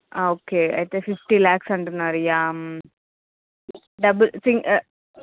okay అయితే fifty lakhs అంటున్నారు yeah double single